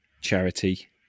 charity